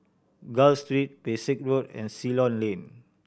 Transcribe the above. Gul Street Pesek Road and Ceylon Lane